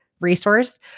resource